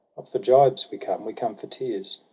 for gibes we come, we come for tears.